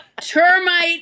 Termite